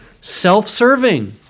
self-serving